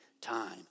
time